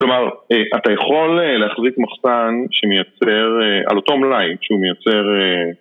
כלומר, אתה יכול להחזיק מחסן שמייצר, על אותו מלאי שהוא מייצר